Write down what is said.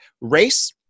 race